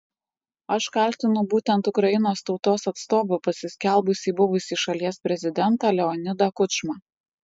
aš kaltinu būtent ukrainos tautos atstovu pasiskelbusį buvusį šalies prezidentą leonidą kučmą